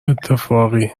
اتفاقی